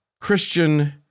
Christian